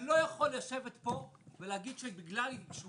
אתה לא יכול לשבת פה ולהגיד שבגלל שהוא